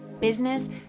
business